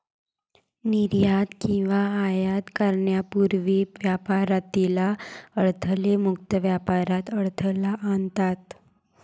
निर्यात किंवा आयात करण्यापूर्वी व्यापारातील अडथळे मुक्त व्यापारात अडथळा आणतात